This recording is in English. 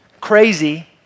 crazy